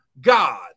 God